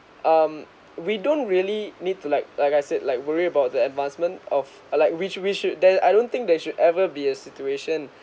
um we don't really need to like like I said like worry about the advancement of uh like which we should there I don't think there should ever be a situation